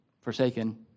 forsaken